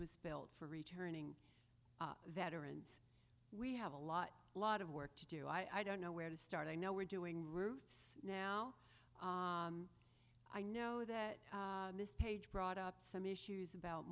was built for returning veterans we have a lot lot of work to do i don't know where to start i know we're doing roofs now i know that this page brought up some issues about